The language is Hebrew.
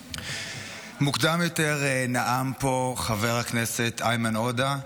מוקדם יותר נאם פה חבר הכנסת איימן עודה,